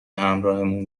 همراهمون